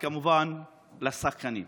וכמובן לשחקנים.